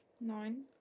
Nine